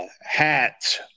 hats